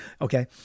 okay